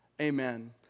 Amen